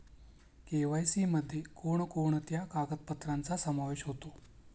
KYC मध्ये कोणकोणत्या कागदपत्रांचा समावेश होतो?